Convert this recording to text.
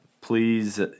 please